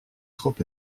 trop